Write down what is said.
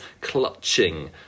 clutching